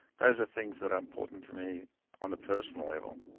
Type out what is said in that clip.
those are things that are important to me on the personal level,